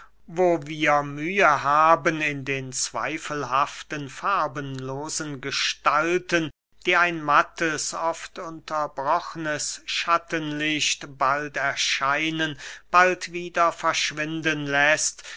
wo wir mühe haben in den zweifelhaften farbenlosen gestalten die ein mattes oft unterbrochnes schattenlicht bald erscheinen bald wieder verschwinden läßt